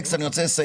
אני גם ביקשתי.